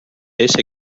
ése